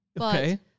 Okay